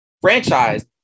Franchise